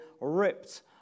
ripped